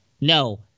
No